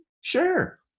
sure